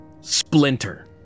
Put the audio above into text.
splinter